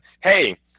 hey